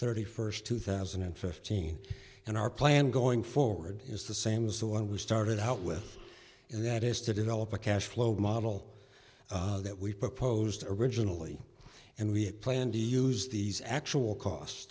thirty first two thousand and fifteen and our plan going forward is the same as the one we started out with and that is to develop a cash flow model that we proposed originally and we had planned to use these actual cost